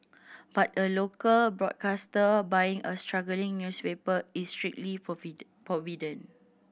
but a local broadcaster buying a struggling newspaper is strictly forbidden